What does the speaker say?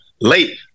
late